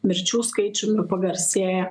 mirčių skaičiumi pagarsėję